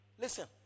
Listen